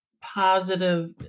positive